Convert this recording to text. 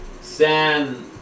San